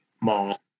mall